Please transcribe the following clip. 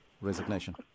resignation